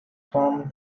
from